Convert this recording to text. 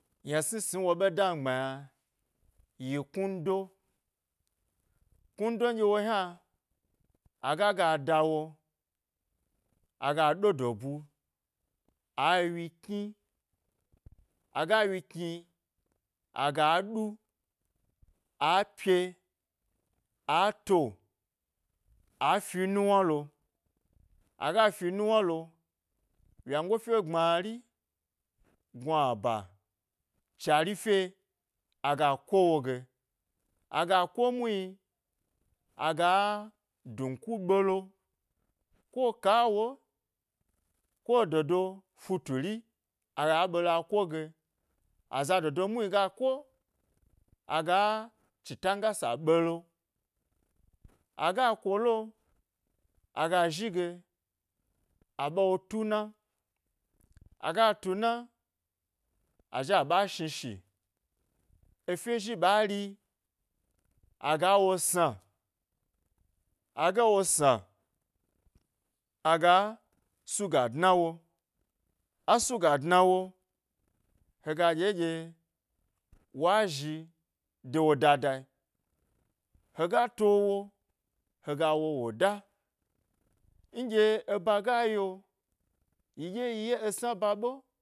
Yna sni sni woɓa da mgbma yna yi knundo, knudo nɗye wo yna aga ga dawo aga do do bu a wyi kn aga wyi kni aga ɗu, a pye a to afi nuwna lo aga, fi nuwna lo wyango fye gbmari, gnuba, chari fye aga kowo ge, aga ko muhni aga dunku ɓelo ko kawo kododo futuri aga chitangasa ɓelo, aga kolo aga zhige a ɓawo tuna aga tuna azhi ɓa shni shi efye zhi ɓa ri aga wo sna aga wo sna aga suga dna wo a suga dnawo hega ɗye ɗye wa zhi de wo dadayi hega towo, hega wo woda nɗye eba ga yi'o, yi ɗye yi ye, esna ba ɓe.